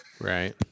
right